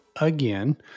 again